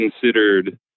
considered